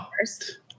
first